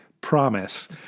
promise